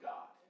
God